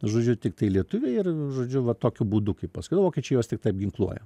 žodžiu tiktai lietuviai ir žodžiu va tokiu būdu kai paskui vokiečiai juos tiktai apginkluoja